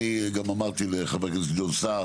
אני גם אמרתי לחבר הכנסת גדעון סער